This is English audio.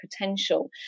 potential